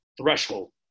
threshold